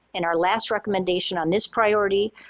and our last recommendation on this priority,